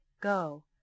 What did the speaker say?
Go